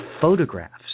photographs